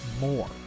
more